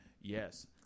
yes